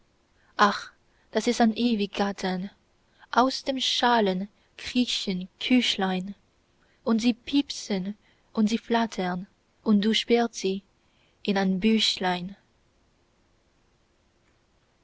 ach das ist ein ewig gattern aus den schalen kriechen küchlein und sie piepsen und sie flattern und du sperrst sie in ein büchlein